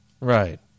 Right